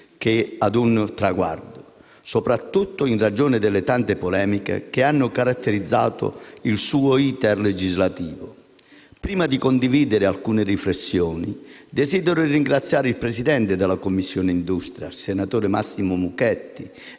che a un traguardo, soprattutto in ragione delle tante polemiche che hanno caratterizzato il suo *iter* legislativo. Prima di condividere alcune riflessioni, desidero ringraziare il presidente della Commissione industria, il senatore Massimo Mucchetti,